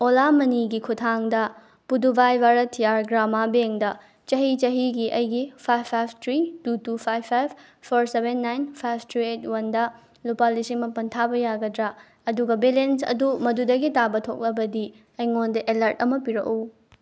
ꯑꯣꯂꯥ ꯃꯅꯤꯒꯤ ꯈꯨꯊꯥꯡꯗ ꯄꯨꯗꯨꯕꯥꯏ ꯚꯥꯔꯠꯇꯤꯌꯥ ꯒ꯭ꯔꯥꯃꯥ ꯕꯦꯡꯗ ꯆꯍꯤ ꯆꯍꯤꯒꯤ ꯑꯩꯒꯤ five five three two two five five four seven nine five three eight ꯋꯥꯟꯗ ꯂꯨꯄꯥ ꯅꯥꯏꯟ ꯊꯥꯎꯖꯟ ꯊꯥꯕ ꯌꯥꯒꯗ꯭ꯔꯥ ꯑꯗꯨꯒ ꯕꯦꯂꯦꯟꯁ ꯑꯗꯨ ꯃꯗꯨꯗꯒꯤ ꯇꯥꯕ ꯊꯣꯛꯂꯕꯗꯤ ꯑꯩꯉꯣꯟꯗ ꯑꯦꯂꯔꯠ ꯑꯃ ꯄꯤꯔꯛꯎ